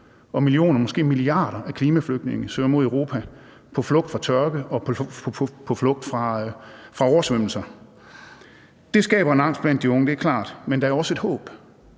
milliarder klimaflygtninge søger mod Europa på flugt fra tørke og på flugt fra oversvømmelser. Det skaber en angst blandt de unge. Det er klart.